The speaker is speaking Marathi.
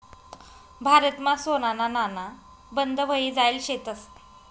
भारतमा सोनाना नाणा बंद व्हयी जायेल शेतंस